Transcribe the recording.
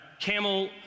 camel